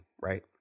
right